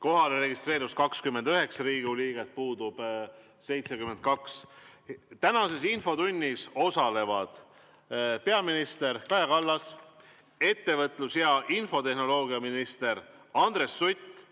Kohalolijaks registreerus 29 Riigikogu liiget, puudub 72. Tänases infotunnis osalevad peaminister Kaja Kallas, ettevõtlus‑ ja infotehnoloogiaminister Andres Sutt